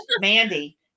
Mandy